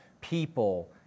people